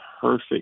perfect